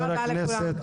תודה רבה לכולם.